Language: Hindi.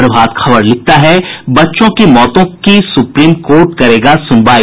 प्रभात खबर लिखता है बच्चों की मौतों की सुप्रीम कोर्ट करेगा सुनवाई